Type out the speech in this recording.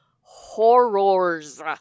horrors